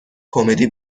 کمدی